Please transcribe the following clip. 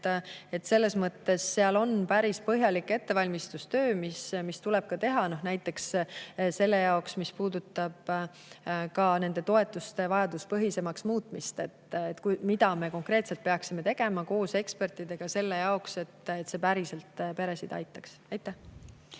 aruteludega. Seal on päris põhjalik ettevalmistustöö, mis tuleb teha näiteks selle jaoks, mis puudutab toetuste vajaduspõhisemaks muutmist. Seda konkreetselt peaksime me tegema koos ekspertidega, et see päriselt peresid aitaks. Aitäh!